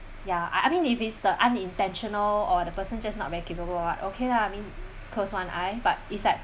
ya I I mean if it's a unintentional or the person just not very capable what okay lah I mean close one eye but it's like